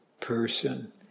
person